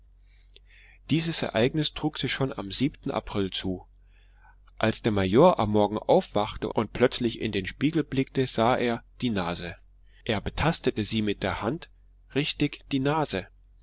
dieses ereignis trug sich schon am siebenten april zu als der major am morgen erwachte und plötzlich in den spiegel blickte sah er die nase er betastete sie mit der hand richtig die nase